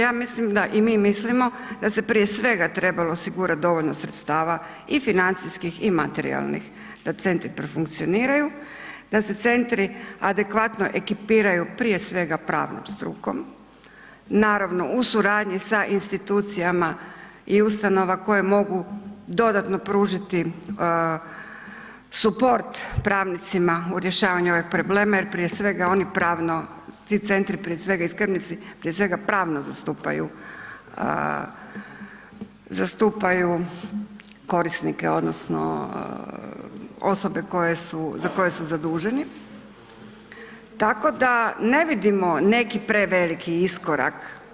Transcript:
Ja mislim i mi mislimo da se prije svega trebalo osigurati dovoljno sredstava i financijskih i materijalnih da centri profunkcioniraju, da se centri adekvatno ekipiraju prije svega pravnom strukom, naravno u suradnji sa institucijama i ustanova koje mogu dodatno pružiti suport pravnicima u rješavanju ovih problema jer prije svega oni pravno, ti centri prije svega i skrbnici prije svega pravno zastupaju korisnike odnosno osobe za koje su zaduženi, tako da ne vidimo neki preveliki iskorak.